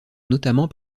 notamment